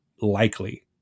likely